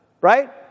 right